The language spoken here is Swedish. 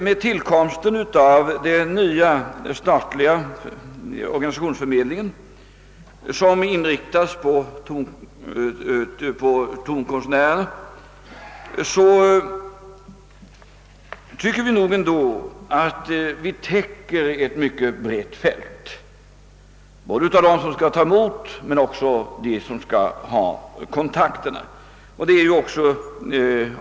Med tillkomsten av den nya statliga organisationsförmedlingen, som inriktas på tonkonstnärer, täcker vi ändå ett mycket brett fält med avseende på både dem som erbjuder och dem som skall ta emot kontakter.